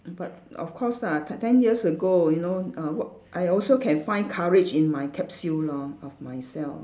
but of course ah t~ ten years ago you know uh w~ I also can find courage in my capsule lor of myself